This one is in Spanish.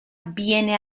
viene